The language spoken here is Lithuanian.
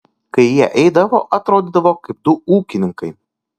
kai jie eidavo atrodydavo kaip du ūkininkai